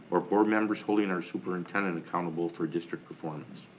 or board members holding our superintendent accountable for district performance?